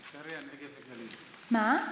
מה?